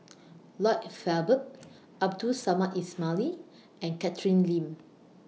Lloyd Valberg Abdul Samad Ismail and Catherine Lim